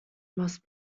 must